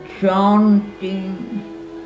chanting